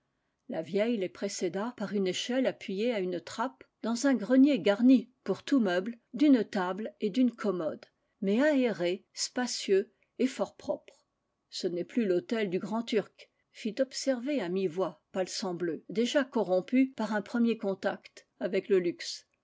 la vieille les précéda par une échelle appuyée à une trappe dans un grenier garni pour tous meubles d'une table et d'une commode mais aéré spacieux et fort propre ce n'est plus l'hôtel du grand-turc fit observer à mivoix palsambleu déjà corrompu par un premier contact avec le luxe